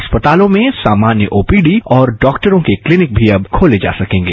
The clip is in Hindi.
अस्पतालों में सामान्य ओपीडी और डॉक्टरों के क्लीनिक भी अब खोले जा सकेंगे